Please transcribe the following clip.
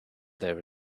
there